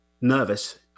nervous